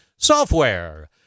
Software